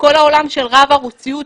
כל העולם של רב ערוציות,